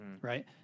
Right